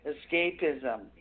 Escapism